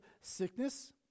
sickness